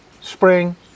spring